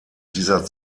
dieser